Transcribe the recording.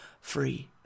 free